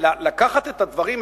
לקחת את הדברים,